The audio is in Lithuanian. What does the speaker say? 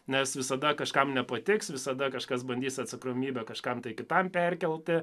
nes visada kažkam nepatiks visada kažkas bandys atsakomybę kažkam tai kitam perkelti